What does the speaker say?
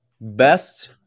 Best